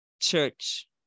church